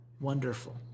Wonderful